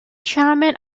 chairman